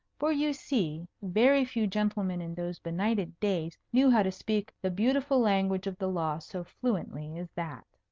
for you see, very few gentlemen in those benighted days knew how to speak the beautiful language of the law so fluently as that.